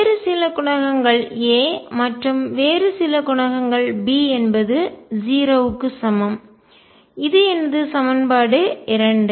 வேறு சில குணகங்கள் A மற்றும் வேறு சில குணகங்கள் B என்பது 0 க்கு சமம் இது எனது சமன்பாடு 2